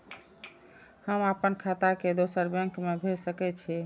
हम आपन खाता के दोसर बैंक में भेज सके छी?